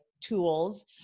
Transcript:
tools